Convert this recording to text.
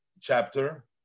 chapter